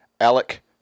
Alec